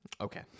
Okay